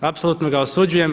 Apsolutno ga osuđujem.